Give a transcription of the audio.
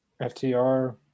FTR